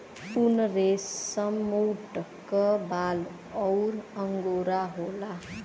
उनरेसमऊट क बाल अउर अंगोरा होला